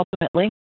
ultimately